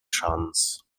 szans